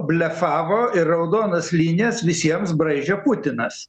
blefavo ir raudonas linijas visiems braižė putinas